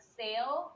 sale